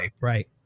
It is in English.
Right